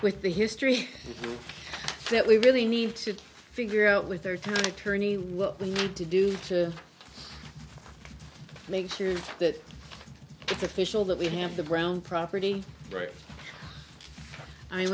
with the history that we really need to figure out with their time attorney to do to make sure that it's official that we have the brown property right i mean